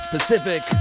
Pacific